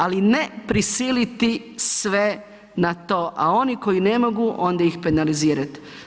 Ali ne prisiliti sve na to, a oni koji ne mogu onda ih penalizirati.